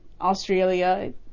Australia